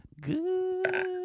good